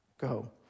Go